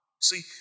See